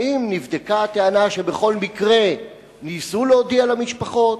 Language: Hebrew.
האם נבדקה הטענה שבכל מקרה ניסו להודיע למשפחות?